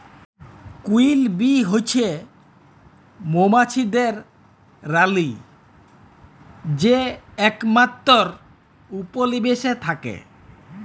queen bee হছে মোমাছিদের রালী যে একমাত্তর উপলিবেশে থ্যাকে